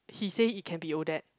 he say it can be Odette